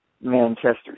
Manchester